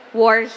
war